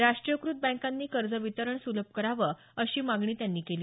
राष्टीयकृत बँकांनी कर्जवितरण सुलभ करावं अशी मागणी त्यांनी केली